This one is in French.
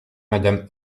madame